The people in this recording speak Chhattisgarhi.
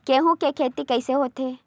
गेहूं के खेती कइसे होथे?